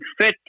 fit